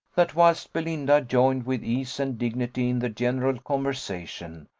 that whilst belinda joined with ease and dignity in the general conversation,